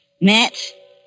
Matt